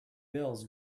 bills